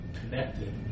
connected